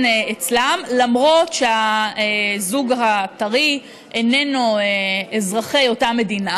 אצלן למרות שהזוג הטרי איננו מאזרחי אותה מדינה,